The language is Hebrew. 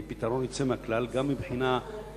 והיא פתרון יוצא מהכלל גם מבחינה הלכתית,